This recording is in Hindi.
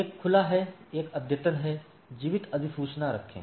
एक खुला है एक अद्यतन है जीवित अधिसूचना रखें